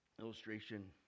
illustration